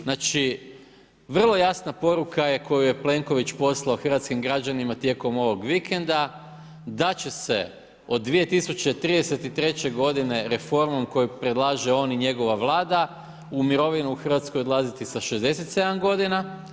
Znači vrlo jasna poruka je koju je Plenković poslao hrvatskim građanima tijekom ovog vikenda, da će se od 2033. godine reformom koju predlaže on i njegova Vlada u mirovinu u Hrvatskoj odlaziti sa 67 godina.